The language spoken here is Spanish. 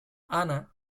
ana